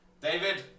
David